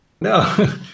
No